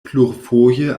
plurfoje